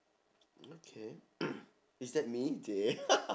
okay is that me !chey!